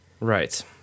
Right